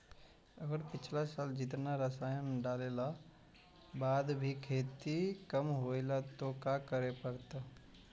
अगर पिछला साल जेतना रासायन डालेला बाद भी खेती कम होलइ तो का करे पड़तई?